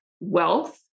wealth